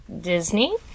Disney